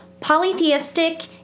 Polytheistic